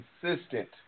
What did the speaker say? consistent